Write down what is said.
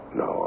no